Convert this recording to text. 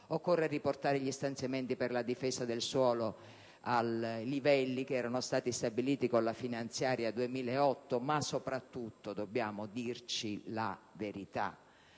infine riportare gli stanziamenti per la difesa del suolo ai livelli che erano stati stabiliti con la finanziaria 2008. Ma, soprattutto, dobbiamo dirci la verità: